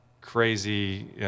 crazy